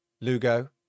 Lugo